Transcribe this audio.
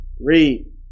Read